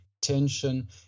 tension